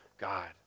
God